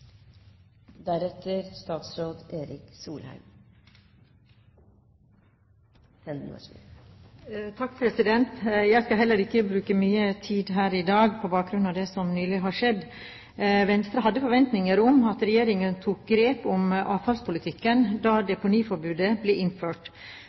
Jeg skal heller ikke bruke mye tid her i dag på bakgrunn av det som nylig har skjedd. Venstre hadde forventninger om at regjeringen tok grep om avfallspolitikken da deponiforbudet ble innført. Deponiforbudet representerte en kraftig regulering av avfallshåndteringen – det